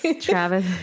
Travis